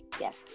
Yes